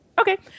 Okay